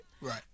Right